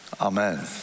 amen